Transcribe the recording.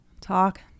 talk